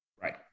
Right